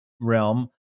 realm